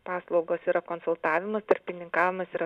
paslaugos yra konsultavimas tarpininkavimas ir